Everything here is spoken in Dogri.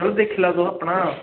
दिक्खी लैओ तुस अपना